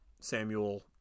samuel